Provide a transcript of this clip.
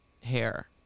hair